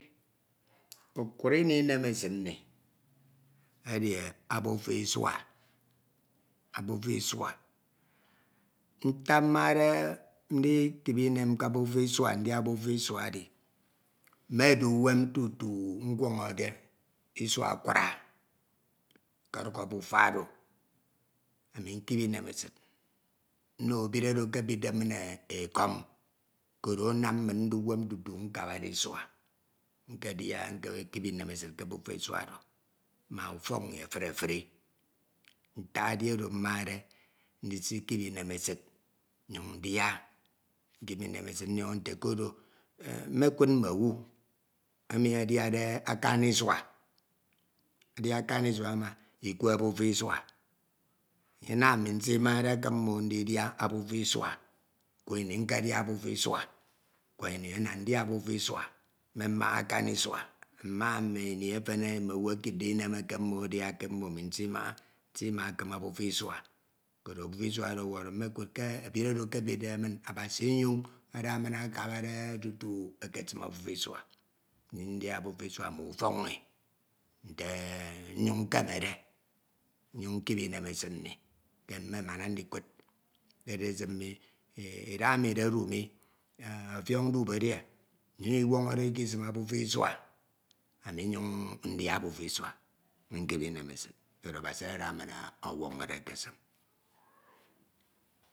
Nkukura ini inemesid nni edi abufa isua abufa isua ntak mmade ndikip inem ke abufa isua ndia abufa isua edi medu uwem tutu ñwọnọde isua akura nkọduk abufa oro ani nkip inemesid nno ebid oro ekebidde min ekọm tutu nkabade isua nkedia nkip inemesid ke obufa isua oro ma ufọk nni efuri efuri ntak edi oro mmade ndisikip inemesid nyuñ ndia nkip inemesid nyuñ ndiọñọ nte ke oro mekudd mme owu emi adiade akani isua adia akani isua ama ikwe abufa isua enye anam ami nsimade akimmo ndidia abufa isua kwa ini ana ndia abufa isua mmemmaha mmd inj efen mmd owu ekipde inem adia eke mmo ami nsimaha nsidia akimmo abufa isua koro abufa isua oro ọwọrọ ebid oro ekebidde min Abasi enyoñ ada min akabade tutu ekesim abufa isua ami ndia abufa isua ma ufok nñi nte nnyuñ nkemede nyañ nkip inemesid mmi ke mmemana ndikud edesim mi idahaemi idedu mi eeh ofiọñ duo edie nnyin inyañ iwọñọde ikisim abufa isua ami nnyañ ndia abufa isua nkip inemesid koro Abasi asa min ọnwọñọde ekesim